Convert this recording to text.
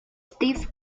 stephen